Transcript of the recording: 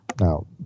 Now